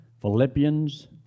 Philippians